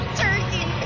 turkey